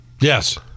Yes